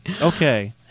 Okay